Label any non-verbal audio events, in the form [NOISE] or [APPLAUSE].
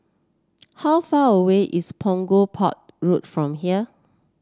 [NOISE] how far away is Punggol Port Road from here